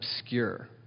obscure